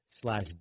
Slash